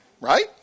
Right